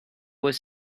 was